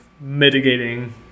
mitigating